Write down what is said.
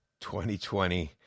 2020